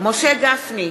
משה גפני,